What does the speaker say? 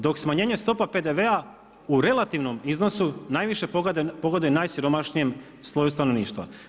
Dok smanjenje stopa PDV-a u relativnom iznosu najviše pogoduje najsiromašnijem sloju stanovništva.